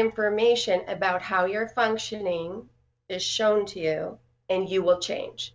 information about how your functioning is shown to you and you will change